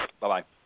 Bye-bye